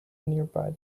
nearby